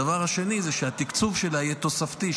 הדבר השני זה שהתקצוב שלה יהיה תוספתי,